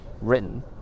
written